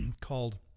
called